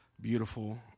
beautiful